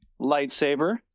lightsaber